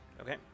Okay